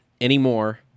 anymore